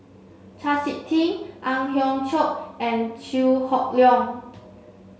Chau Sik Ting Ang Hiong Chiok and Chew Hock Leong